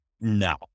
no